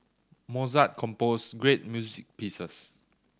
Mozart composed great music pieces